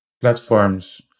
platforms